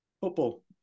football